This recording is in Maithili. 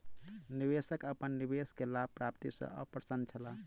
निवेशक अपन निवेश के लाभ प्राप्ति सॅ अप्रसन्न छला